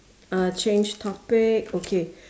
uh change topic okay